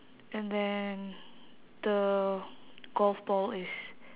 and then the golf ball is